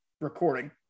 recording